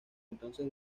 entonces